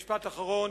משפט אחרון.